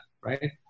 right